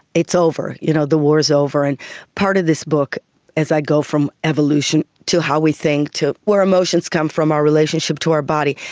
it's over, you know the war is over. and part of this book as i go from evolution to how we think, to where emotions come from, our relationship to our body,